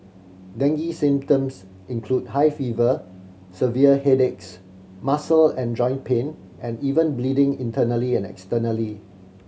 dengue symptoms include high fever severe headaches muscle and joint pain and even bleeding internally and externally